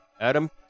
Adam